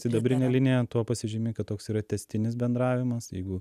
sidabrinė linija tuo pasižymi kad toks yra tęstinis bendravimas jeigu